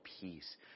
peace